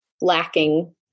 lacking